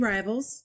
Rivals